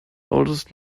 oldest